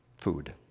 food